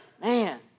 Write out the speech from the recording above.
man